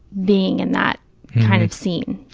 being in that kind of scene,